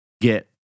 get